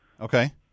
Okay